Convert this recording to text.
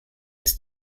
ist